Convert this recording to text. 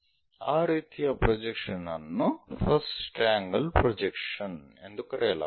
ಆ ರೀತಿಯ ಪ್ರೊಜೆಕ್ಷನ್ ಅನ್ನು ಫಸ್ಟ್ ಆಂಗಲ್ ಪ್ರೊಜೆಕ್ಷನ್ ಎಂದು ಕರೆಯಲಾಗುತ್ತದೆ